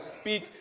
speak